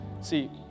See